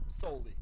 solely